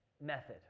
method